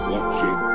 Watching